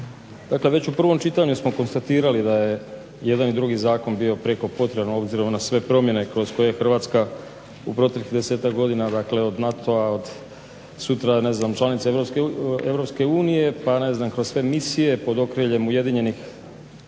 Dakle već u prvom čitanju smo konstatirali da je jedan i drugi zakon bio prijeko potreban obzirom na sve promjene kroz koje Hrvatska u proteklih desetak godina dakle od NATO-a, sutra ne znam članice EU pa kroz sve misije pod okriljem UN-a,